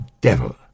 devil